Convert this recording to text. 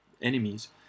enemies